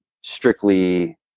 strictly